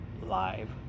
live